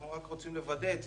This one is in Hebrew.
אנחנו רק רוצים לוודא.